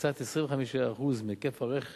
הקצאת 25% מהיקף הרכש